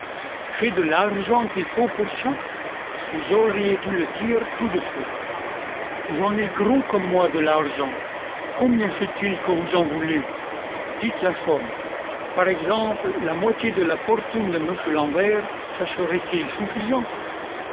ch'est de l'argent qu'il faut pour cha vous auriez dû le dire tout de chuite j'en ai gros comme moi de l'argent combien chest il que vous en voulez dites la chomme par eggemple la moitié de la fortune de mouchu l'ambert